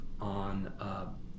on